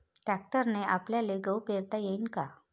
ट्रॅक्टरने आपल्याले गहू पेरता येईन का?